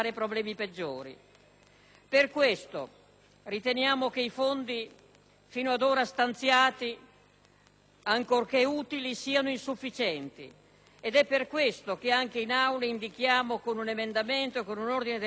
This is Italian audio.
Per questo riteniamo che i fondi fino ad ora stanziati, ancorché utili, siano insufficienti. Ed è per questo che anche in Aula indichiamo, con la presentazione di un emendamento e di un ordine del giorno, la necessità